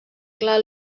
clar